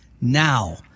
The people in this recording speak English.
now